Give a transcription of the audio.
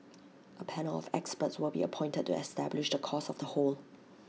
A panel of experts will be appointed to establish the cause of the hole